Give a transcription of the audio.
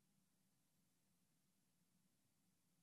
אינו נוכח בנימין נתניהו,